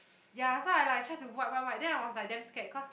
ya so I like try to wipe wipe wipe then I was like damn scared cause